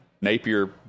Napier